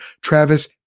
Travis